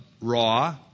raw